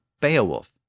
Beowulf